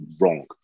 wrong